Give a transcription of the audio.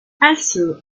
also